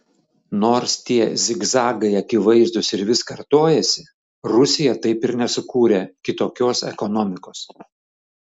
nors tie zigzagai akivaizdūs ir vis kartojasi rusija taip ir nesukūrė kitokios ekonomikos